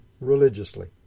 religiously